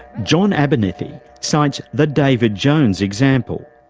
john abernethy cites the david jones example.